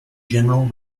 general